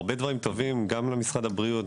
הרבה דברים טובים גם למשרד הבריאות,